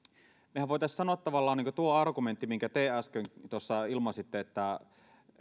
mehän voisimme sanoa tavallaan tuon saman argumentin minkä te äsken tuossa ilmaisitte että